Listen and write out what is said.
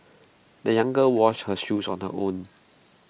the young girl washed her shoes on her own